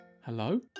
Hello